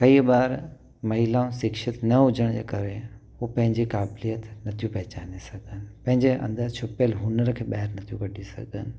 कई बार महिला शिक्षित न हुजण जे करे उहे पंहिंजी क़ाबिलियत नथियूं पहिचाने सघन पैंजे अंदर छुपियल हुनर खे ॿायर नथियूं कढी सघनि